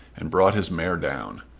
and brought his mare down.